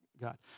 God